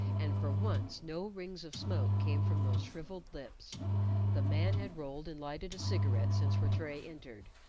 and for once no rings of smoke came from those shrivelled lips the man had rolled and lighted a cigarette since rattray entered,